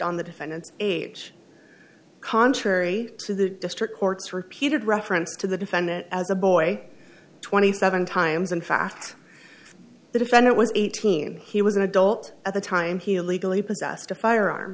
on the defendant's age contrary to the district court's repeated reference to the defendant as a boy twenty seven times in fact the defendant was eighteen he was an adult at the time he legally possessed a firearm